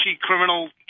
criminal